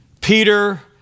Peter